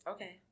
Okay